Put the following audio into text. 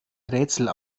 rätsel